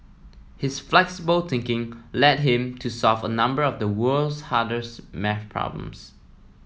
his flexible thinking led him to solve a number of the world's hardest maths problems